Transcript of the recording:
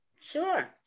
Sure